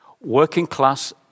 Working-class